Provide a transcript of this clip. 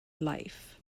life